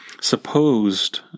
supposed